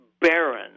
barren